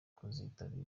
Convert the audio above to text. kuzitabira